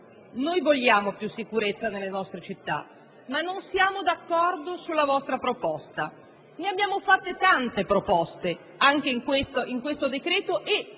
Vogliamo più sicurezza nelle nostre città, ma non siamo d'accordo con la vostra proposta. Ne abbiamo fatte tante di proposte, anche in questo decreto; e,